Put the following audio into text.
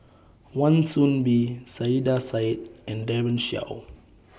Wan Soon Bee Saiedah Said and Daren Shiau